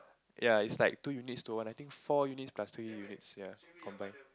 ya it's like two units to one I think four units plus three units ya combined